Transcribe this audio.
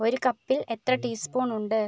ഒരു കപ്പിൽ എത്ര ടീസ്പൂൺ ഉണ്ട്